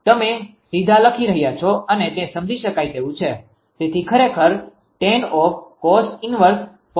તમે સીધા લખી રહ્યાં છો અને તે સમજી શકાય તેવું છે તેથી ખરેખર tancos−1 0